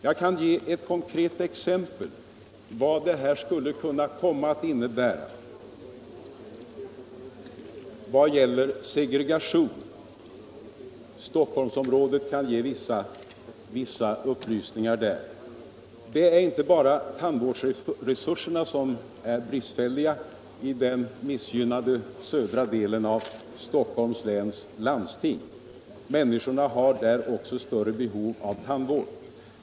Jag kan ge ett konkret exempel på vad ert förslag skulle kunna komma att innebära vad gäller segregation. Stockholmsområdet kan ge vissa upplysningar därvidlag. Det är inte bara tandvårdsresurserna som är bristfälliga i den missgynnade södra delen av Stockholms läns tlandsting. Människorna har där också större behov av tandvård.